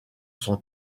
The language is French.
son